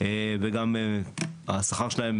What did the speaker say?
וגם השכר שלהם